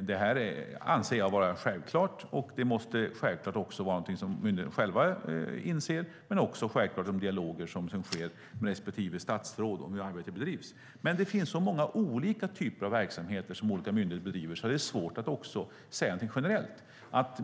Detta anser jag vara självklart, och det måste myndigheterna själva inse. Det bör också föras dialoger med respektive statsråd om hur arbetet bedrivs. Men det finns så många olika typer av verksamheter som olika myndigheter bedriver, så det är svårt att säga någonting generellt.